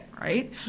right